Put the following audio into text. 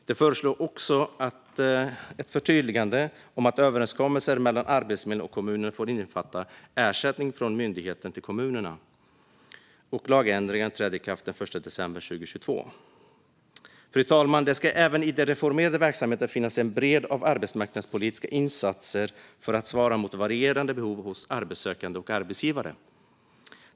Det föreslås också ett förtydligande om att överenskommelser mellan Arbetsförmedlingen och kommuner får innefatta ersättning från myndigheten till kommunerna. Lagändringarna träder i kraft den 1 december 2022. Fru talman! Det ska även i den reformerade verksamheten finnas en bredd av arbetsmarknadspolitiska insatser för att svara mot varierande behov hos arbetssökande och arbetsgivare.